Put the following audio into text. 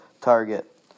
target